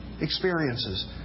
experiences